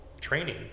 training